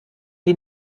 die